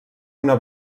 una